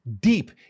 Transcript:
deep